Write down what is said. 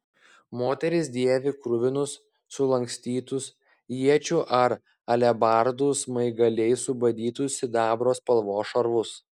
moteris dėvi kruvinus sulankstytus iečių ar alebardų smaigaliais subadytus sidabro spalvos šarvus